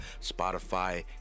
Spotify